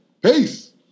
Peace